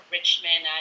Richmond